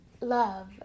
Love